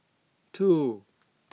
two